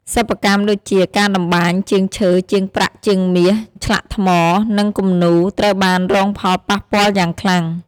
សិប្បកម្មដូចជា ការតម្បាញ ជាងឈើ ជាងប្រាក់ ជាងមាស ឆ្លាក់ថ្ម និងគំនូរ ត្រូវបានរងផលប៉ះពាល់យ៉ាងខ្លាំង។